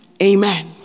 Amen